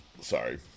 Sorry